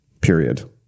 period